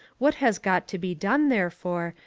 what has got to be done, therefore,